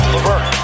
Levert